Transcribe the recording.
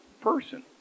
person